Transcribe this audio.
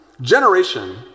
generation